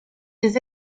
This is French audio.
les